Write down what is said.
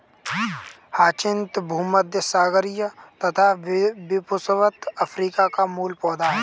hyacinth भूमध्यसागरीय तथा विषुवत अफ्रीका का मूल पौधा है